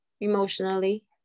Emotionally